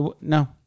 No